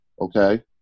Okay